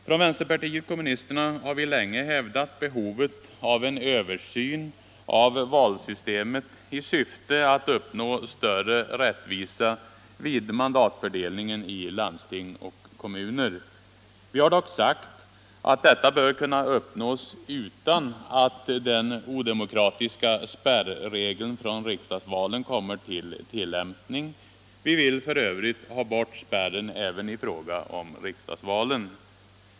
Från vänsterpartiet kommunisterna har vi länge hävdat behovet av en översyn av valsystemet i syfte att uppnå större rättvisa vid mandatfördelningen i landsting och kommuner. Vi har dock sagt att detta bör kunna uppnås utan att den odemokratiska spärregeln från riksdagsvalen kommer till tillämpning. Vi vill för övrigt ha bort spärren även i fråga om riksdagsvalen.